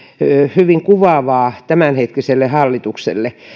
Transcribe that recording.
hyvin kuvaavaa tämänhetkiselle hallitukselle